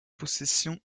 possession